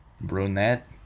Brunette